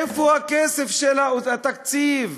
איפה הכסף של התקציב?